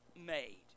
made